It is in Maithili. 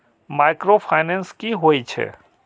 माइक्रो फाइनेंस कि होई छै?